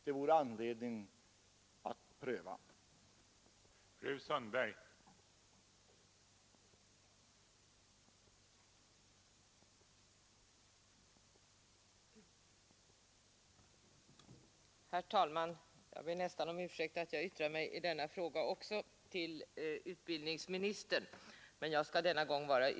Det vore alltså anledning att pröva en sådan omläggning.